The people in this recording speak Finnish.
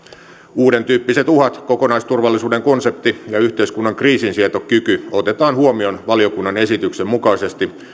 uudentyyppiset uhat kokonaisturvallisuuden konsepti ja yhteiskunnan kriisinsietokyky otetaan huomioon valiokunnan esityksen mukaisesti